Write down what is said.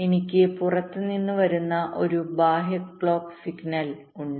എനിക്ക് പുറത്ത് നിന്ന് വരുന്ന ഒരു ബാഹ്യ ക്ലോക്ക് സിഗ്നൽഉണ്ട്